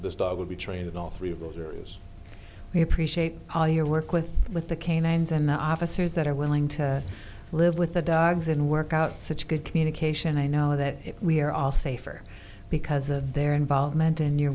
this dog will be trained in all three of those areas we appreciate all your work with with the canines and the officers that are willing to live with the dogs and work out such good communication i know that we are all safer because of their involvement in your